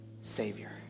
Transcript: Savior